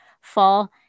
fall